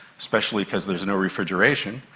especially because there is no refrigeration.